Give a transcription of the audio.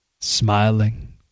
Smiling